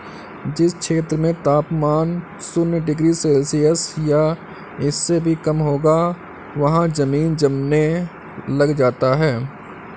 जिस क्षेत्र में तापमान शून्य डिग्री सेल्सियस या इससे भी कम होगा वहाँ पानी जमने लग जाता है